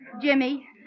Jimmy